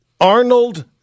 Arnold